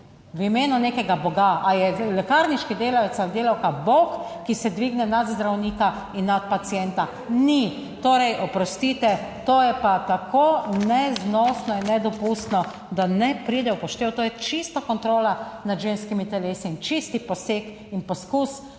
V imenu nekega boga. Ali je lekarniški delavec ali delavka bog, ki se dvigne nad zdravnika in nad pacienta? Ni, torej, oprostite, to je pa tako neznosno in nedopustno, da ne pride v poštev. To je čista kontrola nad ženskimi telesi in čisti poseg in poskus